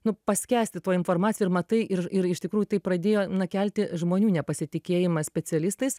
nu paskęsti toj informacijoj ir matai ir ir iš tikrųjų tai pradėjo na kelti žmonių nepasitikėjimą specialistais